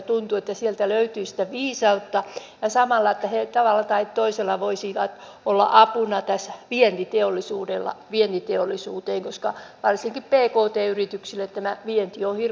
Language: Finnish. tuntuu että sieltä löytyisi sitä viisautta ja samalla he tavalla tai toisella voisivat olla apuna tässä vientiteollisuuteen koska varsinkin pkt yrityksille tämä vienti on hirmuisen vaikeaa